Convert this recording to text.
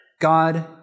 God